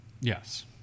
yes